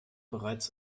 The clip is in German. bereits